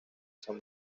san